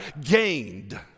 gained